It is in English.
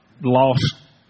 Lost